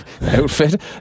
outfit